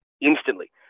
instantly